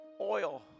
oil